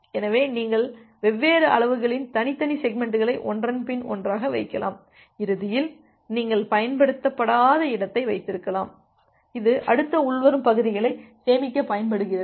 எனவே நீங்கள் வெவ்வேறு அளவுகளின் தனித்தனி செக்மெண்ட்களை ஒன்றன்பின் ஒன்றாக வைக்கலாம் இறுதியில் நீங்கள் பயன்படுத்தப்படாத இடத்தை வைத்திருக்கலாம் இது அடுத்த உள்வரும் பகுதிகளை சேமிக்க பயன்படுகிறது